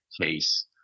case